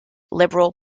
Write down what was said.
liberal